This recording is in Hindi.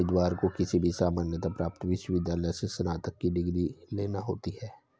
उम्मीदवार को किसी भी मान्यता प्राप्त विश्वविद्यालय से स्नातक की डिग्री लेना होती है